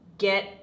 get